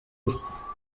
iwe